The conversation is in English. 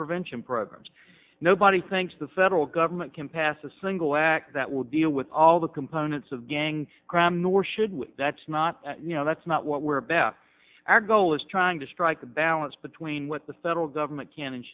prevention programs nobody thinks the federal government can pass a single act that would deal with all the components of gang crime nor should we that's not you know that's not what we're best our goal is trying to strike a balance between what the federal government can and